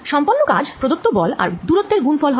সম্পন্ন কাজ প্রদত্ত বল আর দুরত্বের গুন ফল হয়